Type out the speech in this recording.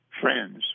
friends